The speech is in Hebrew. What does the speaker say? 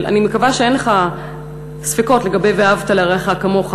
אני מקווה שאין לך ספקות לגבי "ואהבת לרעך כמוך",